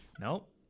nope